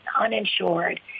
uninsured